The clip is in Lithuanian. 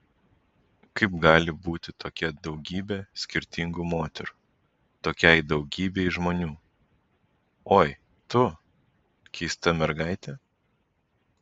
kaip gali būti tokia daugybe skirtingų moterų tokiai daugybei žmonių oi tu keista mergaite